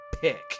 Pick